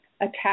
attack